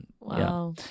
Wow